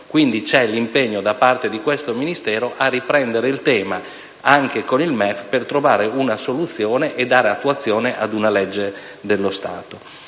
riordino. C'è l'impegno da parte di questo Ministero a riprendere il tema, anche con il MEF, per trovare una soluzione e dare attuazione ad una legge dello Stato.